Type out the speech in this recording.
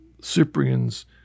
Cyprian's